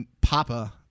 Papa